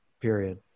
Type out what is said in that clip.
period